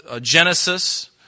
Genesis